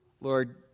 Lord